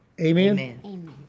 Amen